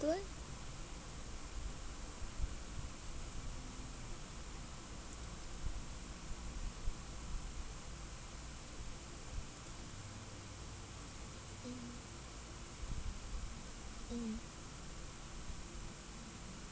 mmhmm